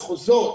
מחוזות,